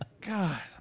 God